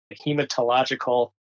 hematological